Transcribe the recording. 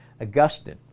Augustine